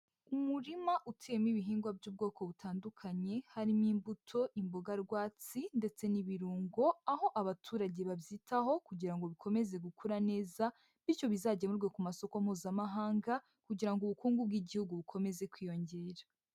Umurima uteyemo ibihingwa by'ubwoko butandukanye harimo imbuto, imboga rwatsi ndetse n'ibirungo, aho abaturage babyitaho kugira ngo bikomeze gukura neza, bityo bizagemurwe ku masoko mpuzamahanga, kugira ngo ubukungu bw'igihugu bukomeze kwiyongera.